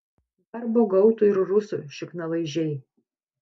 darbo gautų ir rusų šiknalaižiai